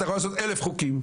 אתה יכול לעשות אלף חוקים,